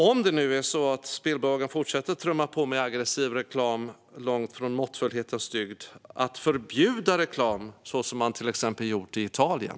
Om det nu är så att spelbolagen fortsätter att trumma på med aggressiv reklam långt från måttfullhetens dygd, hur ser ministern på att förbjuda reklam så som man till exempel har gjort i Italien?